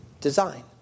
design